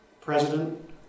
president